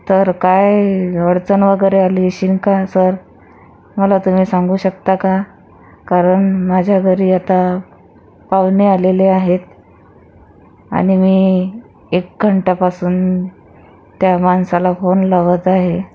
तर काय अडचण वगैरे आली शिंकान सर मला तुम्ही सांगू शकता का कारण माझ्या घरी आता पाहुणे आलेले आहेत आणि मी एक घंट्यापासून त्या माणसाला फोन लावत आहे